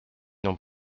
n’ont